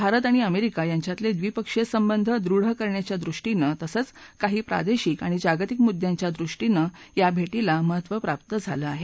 भारत आणि अमेरिका यांच्यातले द्विपक्षीय संबंध दृढ करण्याच्या दृष्टीनं तसंच काही प्रादेशिक आणि जागतिक मुद्दयांच्या दृष्टीनं या भेटीला महत्त्व प्राप्त झालं आहे